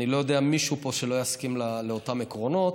אני לא מכיר מישהו פה שלא יסכים לאותם עקרונות,